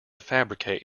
fabricate